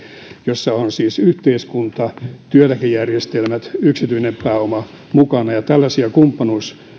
joissa ovat siis yhteiskunta työeläkejärjestelmät ja yksityinen pääoma mukana tällaisia kumppanuus